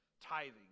tithing